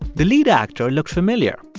the lead actor looked familiar.